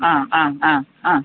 ആ ആ ആ ആ